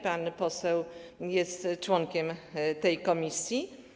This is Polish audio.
Pan poseł jest członkiem tej komisji.